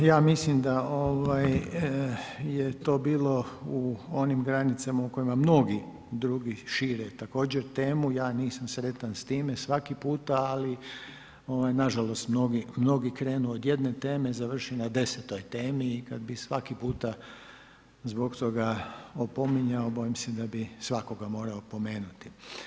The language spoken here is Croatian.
Dobro ja mislim da je to bilo u onim granicama u kojima mnogi drugi šire također temu, ja nisam sretan s time svaki puta ali nažalost mnogi krenu od jedne teme a završe na desetoj temi i kada bi svaki puta zbog toga opominjao bojim se da bi svakoga morao opomenuti.